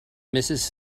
mrs